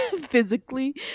Physically